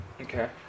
Okay